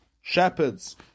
shepherds